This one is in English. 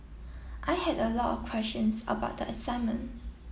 I had a lot of questions about the assignment